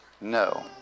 No